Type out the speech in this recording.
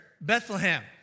Bethlehem